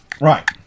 Right